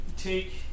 Take